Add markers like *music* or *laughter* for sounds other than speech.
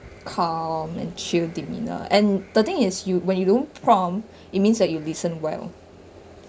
calm and chill demeanour and the thing is you when you don't prompt *breath* it means that you listen well